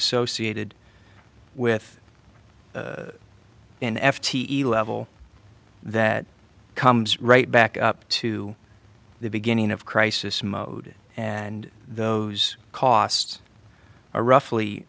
associated with an f t e level that comes right back up to the beginning of crisis mode and those costs are roughly